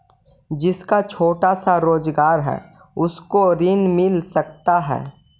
जिसका छोटा सा रोजगार है उसको ऋण मिल सकता है?